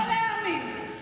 לא להאמין,